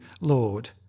Lord